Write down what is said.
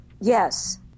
Yes